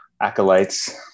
acolytes